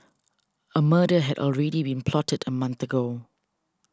a murder had already been plotted a month ago